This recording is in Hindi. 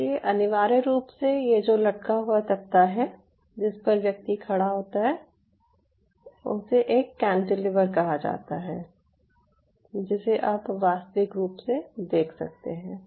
इसलिए अनिवार्य रूप से यह जो लटका हुआ तख्ता है जिस पर व्यक्ति खड़ा होता है उसे एक कैंटिलीवर कहा जाता है जिसे आप वास्तविक रूप से देख सकते हैं